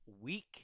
week